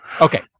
Okay